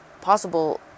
possible